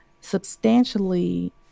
substantially